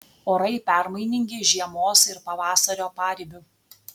orai permainingi žiemos ir pavasario paribiu